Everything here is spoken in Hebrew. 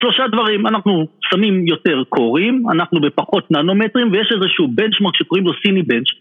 שלושה דברים, אנחנו שמים יותר קוראים, אנחנו בפחות ננומטרים, ויש איזשהו בנצ'מרק שקוראים לו סיני בנש.